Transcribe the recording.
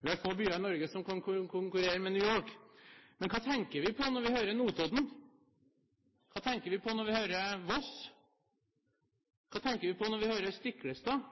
Vi har få byer i Norge som kan konkurrere med New York, men hva tenker vi på når vi hører «Notodden»? Hva tenker vi på når vi hører «Voss»? Hva tenker vi på når vi hører «Stiklestad»?